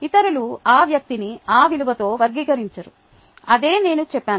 ఇతరులు ఆ వ్యక్తిని ఆ విలువతో వర్గీకరించారు అదే నేను చెప్పాను